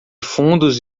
fundos